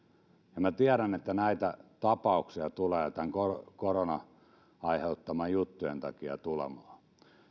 ja tiedän että näitä tapauksia tulee koronan aiheuttamien juttujen takia tulemaan